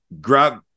grab